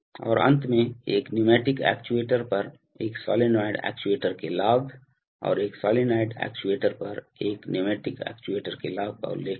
और अंत में एक न्यूमैटिक एक्चुएटर पर एक सोलेनोइड एक्चुएटर के लाभ और एक सोलेनोइड एक्चुएटर पर एक न्यूमैटिक एक्चुएटर के लाभ का उल्लेख करें